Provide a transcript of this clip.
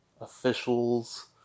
officials